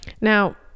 now